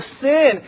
sin